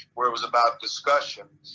where it was about discussion.